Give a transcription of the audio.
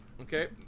Okay